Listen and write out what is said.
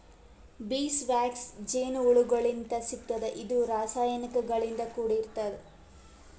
ಬೀಸ್ wax ಜೇನಹುಳಗೋಳಿಂತ್ ಸಿಗ್ತದ್ ಇದು ರಾಸಾಯನಿಕ್ ಗಳಿಂದ್ ಕೂಡಿರ್ತದ